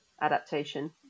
adaptation